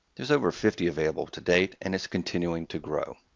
there's over fifty available to date, and it's continuing to grow.